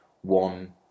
one